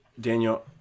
Daniel